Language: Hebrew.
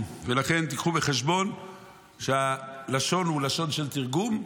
ולכן קחו בחשבון שהלשון היא לשון של תרגום.